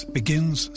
begins